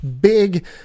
big